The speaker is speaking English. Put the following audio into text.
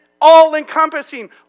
all-encompassing